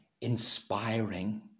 inspiring